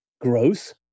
growth